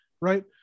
right